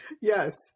yes